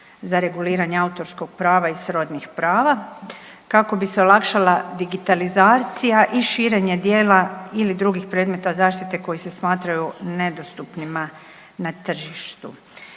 za reguliranje autorskog prava i srodnih prava kako bi se olakšala digitalizacija i širenje djela ili drugih predmeta zaštite koji se smatraju nedostupnima na tržištu.